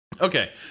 Okay